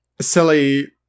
silly